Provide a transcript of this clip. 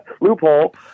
loophole